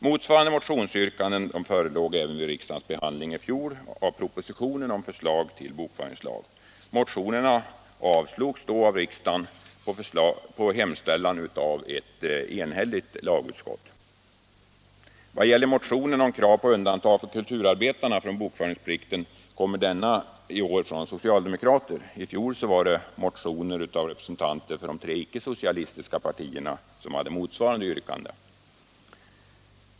Motsvarande motionsyrkanden förelåg även vid riksdagens behandling i fjol av propositionen med förslag till bokföringslag. Motionerna avslogs då av riksdagen på hemställan av ett enhälligt lagutskott. Motionen med krav på undantag för kulturarbetarna från bokföringsplikten kommer i år från socialdemokrater. I fjol var det motioner av representanter för de tre icke-socialistiska partierna som hade motsvarande yrkande.